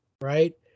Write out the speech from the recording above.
Right